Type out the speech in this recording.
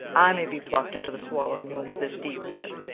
i may be pluck'd into the swallowing womb of this deep pit,